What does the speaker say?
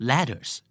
Ladders